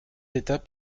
d’état